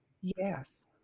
Yes